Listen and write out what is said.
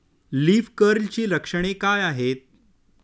Leaf कर्लची लक्षणे काय आहेत?